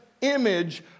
image